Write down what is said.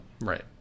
Right